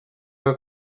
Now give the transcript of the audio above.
que